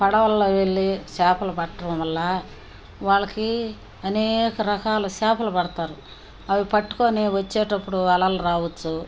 పడవల్లో వెళ్ళి చేపలు పట్టటం వల్ల వాళ్ళకి అనేక రకాల చేపలు పడతారు అవి పట్టుకోని వచ్చేటప్పుడు అలలు రావచ్చు